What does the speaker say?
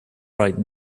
right